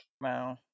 Wow